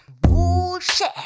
Bullshit